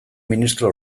ministro